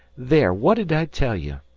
there! what did i tell you?